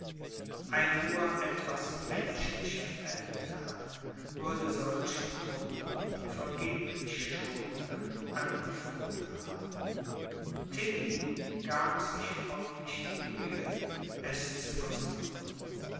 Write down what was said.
ein nur etwas menschlicher feldherr würde solchen truppen vergeblich schonung anbefohlen haben tilly gab sich auch nicht die mühe es zu versuchen